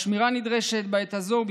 עם כל הזהירות והשמירה הנדרשות בעת הזאת,